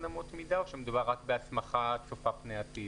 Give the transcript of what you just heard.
אמות מידה או שמדובר רק בהסמכה צופה פני עתיד?